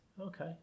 okay